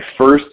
first